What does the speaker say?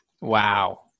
Wow